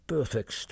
Perfect